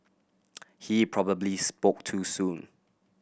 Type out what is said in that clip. he probably spoke too soon